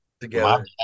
Together